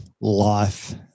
life